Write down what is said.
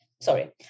sorry